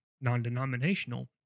non-denominational